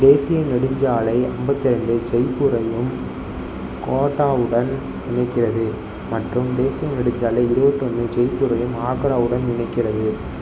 தேசிய நெடுஞ்சாலை ஐம்பத்தி ரெண்டு ஜெய்ப்பூரையும் கோட்டாவுடன் இணைக்கிறது மற்றும் தேசிய நெடுஞ்சாலை இருபத்தொன்னு ஜெய்ப்பூரையும் ஆக்ராவுடன் இணைக்கிறது